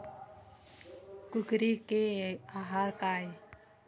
कुकरी के आहार काय?